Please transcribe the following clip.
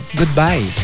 goodbye